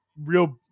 real